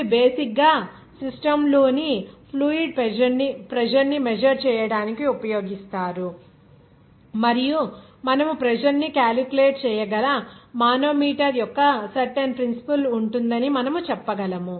ఇవి బేసిక్ గా సిస్టమ్ లోని ఫ్లూయిడ్ ప్రెజర్ ని మెజర్ చేయడానికి ఉపయోగిస్తారు మరియు మనము ప్రెజర్ ని క్యాలిక్యులేట్ చేయగల మానోమీటర్ యొక్క సర్టెన్ ప్రిన్సిపుల్ ఉంటుందని మనము చెప్పగలం